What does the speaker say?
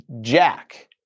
Jack